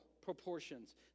proportions